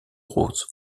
roses